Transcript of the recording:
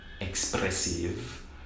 expressive